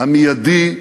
המיידי,